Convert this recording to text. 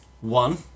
one